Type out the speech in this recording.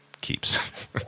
keeps